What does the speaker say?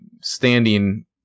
standing